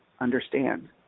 understand